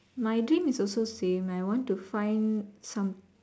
my dream is also same I want to find some